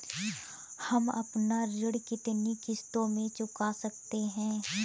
हम अपना ऋण कितनी किश्तों में चुका सकते हैं?